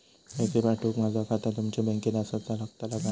पैसे पाठुक माझा खाता तुमच्या बँकेत आसाचा लागताला काय?